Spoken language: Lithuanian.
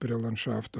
prie landšafto